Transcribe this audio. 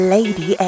Lady